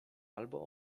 albo